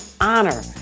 honor